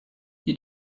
you